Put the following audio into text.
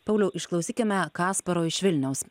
pauliau išklausykime kasparo iš vilniaus